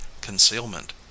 concealment